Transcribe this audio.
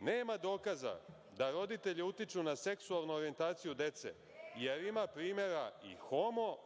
„Nema dokaza da roditelji utiču na seksualnu orijentaciju dece, jer ima primera i homo